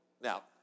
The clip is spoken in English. Now